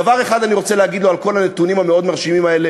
דבר אחד אני רוצה להגיד לו על כל הנתונים המאוד-מרשימים האלה